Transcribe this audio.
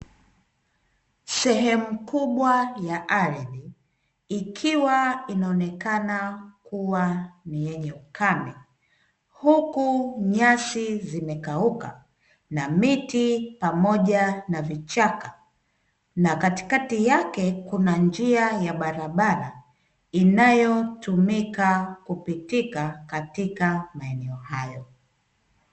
Sehemu kubwa ya ardhi ikiwa inaonekana kuwa ni yenye ukame, huku nyasi zimekauka na miti pamoja na vichaka na katikati yake kuna njia ya barabara inayotumika kupitika katika maeneo hayo